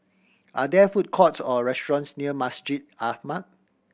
are there food courts or restaurants near Masjid Ahmad